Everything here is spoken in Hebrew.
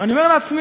ואני אומר לעצמי,